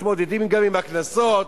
מתמודדים גם עם הקנסות,